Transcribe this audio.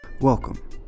Welcome